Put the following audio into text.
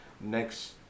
next